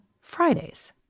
Fridays